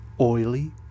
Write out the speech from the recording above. Oily